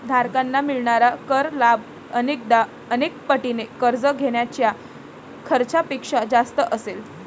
धारकांना मिळणारा कर लाभ अनेकदा अनेक पटीने कर्ज घेण्याच्या खर्चापेक्षा जास्त असेल